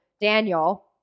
Daniel